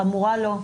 חמורה לא.